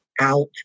out